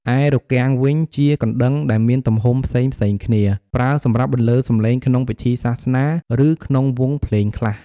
ឯរគាំងវិញ ជាកណ្តឹងដែលមានទំហំផ្សេងៗគ្នា ប្រើសម្រាប់បន្លឺសំឡេងក្នុងពិធីសាសនា ឬក្នុងវង់ភ្លេងខ្លះ។